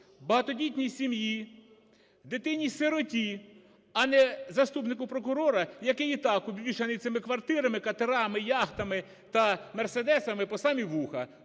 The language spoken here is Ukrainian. багатодітній сім'ї, дитині-сироті, а не заступнику прокурора, який і так обвішаний цими квартирами, катерами, яхтами та мерседесами по самі вуха.